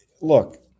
look